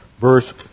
verse